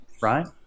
right